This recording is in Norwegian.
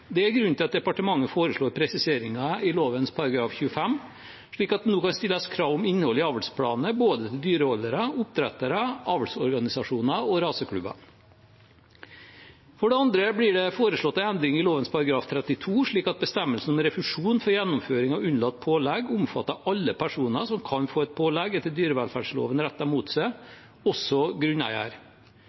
Det er grunnen til at departementet foreslår presiseringer i lovens § 25, slik at det nå kan stilles krav til innholdet i avlsplanene til både dyreholdere, oppdrettere, avlsorganisasjoner og raseklubber. For det andre blir det foreslått en endring i lovens § 32 slik at bestemmelsene om refusjon for gjennomføring av unnlatt pålegg omfatter alle personer som kan få et pålegg etter dyrevelferdsloven rettet mot seg – også